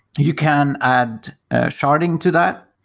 you can add sharding to that,